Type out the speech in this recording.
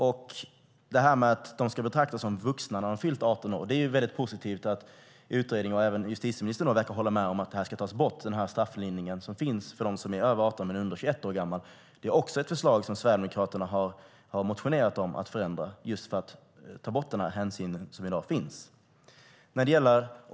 När det gäller att de som har fyllt 18 år ska betraktas som vuxna är det positivt att utredningen och även justitieministern verkar hålla med om att den strafflindring som finns för dem som är över 18 år men under 21 år ska tas bort. Sverigedemokraterna har också motionerat om att ta bort denna hänsyn som i dag finns.